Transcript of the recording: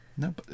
No